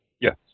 Yes